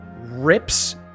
rips